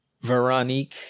veronique